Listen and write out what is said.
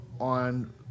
on